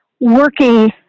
working